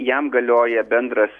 jam galioja bendras